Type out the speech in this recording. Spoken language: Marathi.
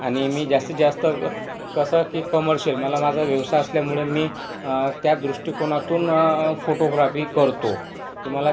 आणि मी जास्तीत जास्त क् कसं की कमर्शियल मला माझा व्यवसाय असल्यामुळे मी त्या दृष्टिकोनातून फोटोग्राफी करतो तुम्हाला